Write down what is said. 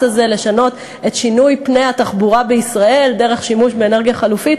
הזה לשינוי פני התחבורה בישראל דרך שימוש באנרגיה חלופית.